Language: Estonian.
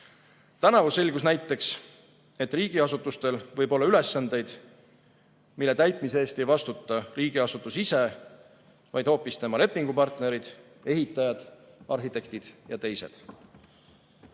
Tänavu selgus näiteks, et riigiasutustel võib olla ülesandeid, mille täitmise eest ei vastuta riigiasutus ise, vaid hoopis tema lepingupartnerid, ehitajad, arhitektid ja teised.